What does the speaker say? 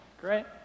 Great